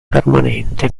permanente